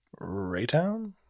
Raytown